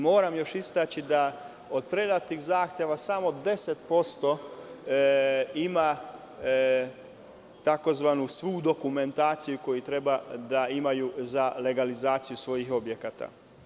Moram još istaći da od predatih zahteva samo 10% ima tzv. svu dokumentaciju koju treba da imaju za legalizaciju svojih objekata.